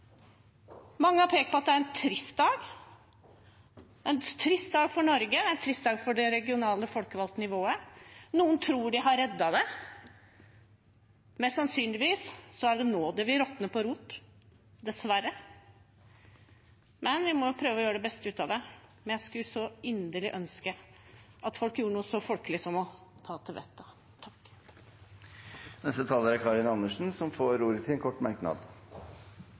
Mange har pekt på at det er en trist dag, en trist dag for Norge og en trist dag for det regionale folkevalgte nivået. Noen tror de har reddet det, men sannsynligvis er det nå det vil råtne på rot, dessverre. Vi må prøve å gjøre det beste ut av det, men jeg skulle så inderlig ønske at folk kunne gjort noe så folkelig som å ta til vettet. Representanten Karin Andersen har hatt ordet to ganger tidligere og får ordet til en kort merknad,